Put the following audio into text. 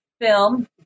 film